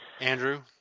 Andrew